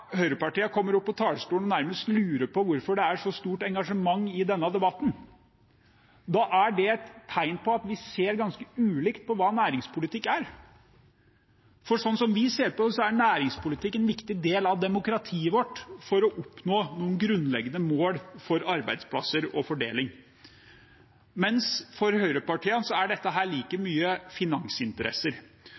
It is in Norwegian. kommer opp på talerstolen og nærmest lurer på hvorfor det er så stort engasjement i denne debatten, er det et tegn på at vi ser ganske ulikt på hva næringspolitikk er. Sånn som vi ser på det, er næringspolitikk en viktig del av demokratiet vårt for å oppnå noen grunnleggende mål for arbeidsplasser og fordeling, mens for høyrepartiene er dette like mye finansinteresser.